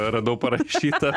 radau parašytą